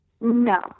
No